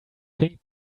pink